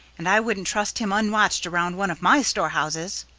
and i wouldn't trust him unwatched around one of my storehouses.